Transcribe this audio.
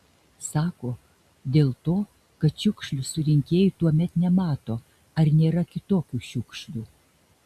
sako dėl to kad šiukšlių surinkėjai tuomet nemato ar nėra kitokių šiukšlių